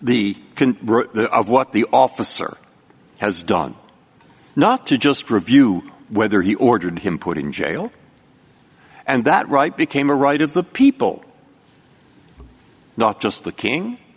the of what the officer has done not to just review whether he ordered him put in jail and that right became a right of the people not just the king